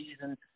season